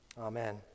Amen